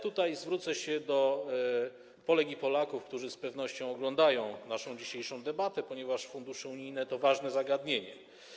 Tutaj zwrócę się do Polek i Polaków, którzy z pewnością oglądają naszą dzisiejszą debatę, ponieważ fundusze unijne to ważne zagadnienie.